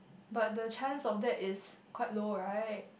but the chance of that is quite low right